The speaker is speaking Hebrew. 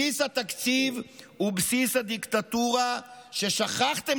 בסיס התקציב הוא בסיס הדיקטטורה ששכחתם